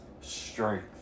strength